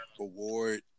award